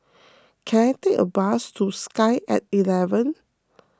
can I take a bus to Sky at eleven